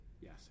Yes